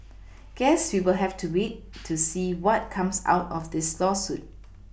guess we'll have to wait to see what comes out of this lawsuit